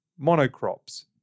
monocrops